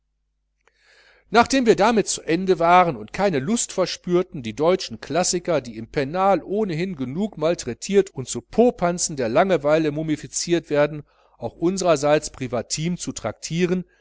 nachdem wir damit zu ende waren und keine lust verspürten die deutschen klassiker die im pennal ohnehin genug maltraitiert und zu popanzen der langeweile mumifiziert werden auch unsrerseits privatim zu traktieren